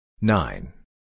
Nine